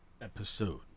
episode